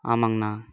ஆமாங்கணா